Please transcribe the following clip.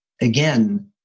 again